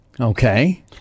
Okay